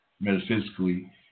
metaphysically